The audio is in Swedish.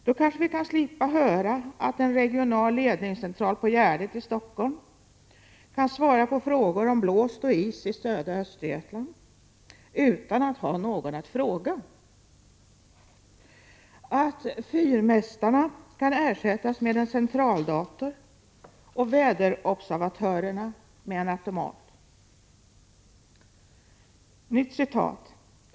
Då kanske vi slipper höra att en regional ledningscentral på Gärdet i Stockholm kan svara på frågor om blåst och is i södra Östergötland utan att ha någon att fråga eller att fyrmästarna kan ersättas med en centraldator och väderobservatörerna med en automat.